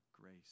grace